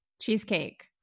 cheesecake